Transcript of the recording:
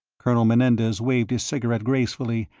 colonel menendez waved his cigarette gracefully,